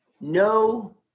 No